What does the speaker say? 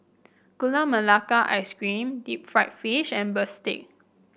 Gula Melaka Ice Cream Deep Fried Fish and bistake